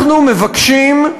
אנחנו מבקשים,